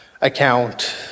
account